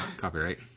Copyright